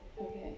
okay